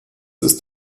ist